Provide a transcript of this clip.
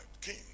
king